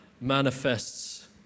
manifests